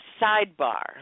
sidebar